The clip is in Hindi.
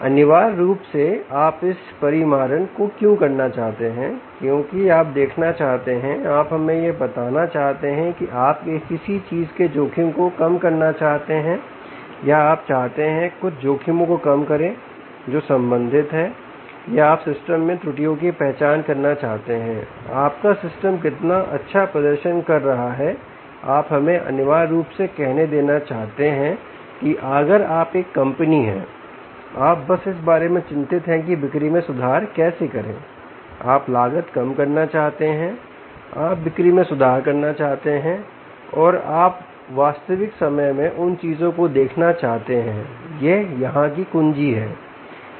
अनिवार्य रूप से आप इस परिमाणन को क्यों करना चाहते हैं क्योंकि आप देखना चाहते हैं आप हमें यह बताना चाहते हैं कि आप किसी चीज़ के जोखिम को कम करना चाहते हैं या आप चाहते हैं कुछ जोखिमों को कम करें जो संबंधित हैं या आप सिस्टम में त्रुटियों की पहचान करना चाहते हैं आपका सिस्टम कितना अच्छा प्रदर्शन कर रहा है आप हमें अनिवार्य रूप से कहने देना चाहते हैं की अगर आप एक कंपनी है आप बस इस बारे में चिंतित हैं कि बिक्री में सुधार कैसे करें आप लागत कम करना चाहते हैंआप बिक्री में सुधार करना चाहते हैं और आप वास्तविक समय में उन चीजों को देखना चाहते हैं यह यहां की कुंजी है